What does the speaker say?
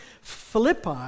Philippi